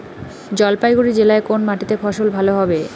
জলপাইগুড়ি জেলায় কোন মাটিতে ফসল ভালো হবে?